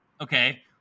okay